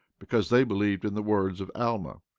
because they believed in the words of alma.